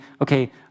okay